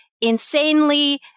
insanely